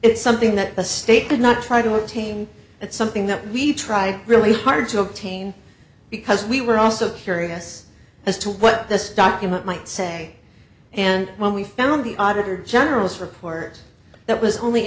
it's something that the state did not try to obtain it's something that we tried really hard to obtain because we were also curious as to what this document might say and when we found the auditor general's report that was only